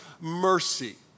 mercy